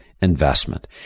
investment